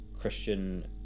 Christian